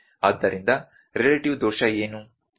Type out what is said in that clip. delta r by r i